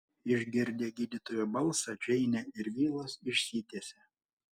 išgirdę gydytojo balsą džeinė ir vilas išsitiesė